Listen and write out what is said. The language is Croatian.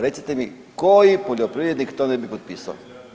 Recite mi koji poljoprivrednik to ne bi potpisao?